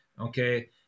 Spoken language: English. okay